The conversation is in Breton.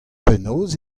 penaos